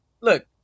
look